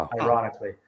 Ironically